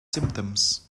symptoms